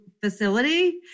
facility